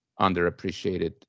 underappreciated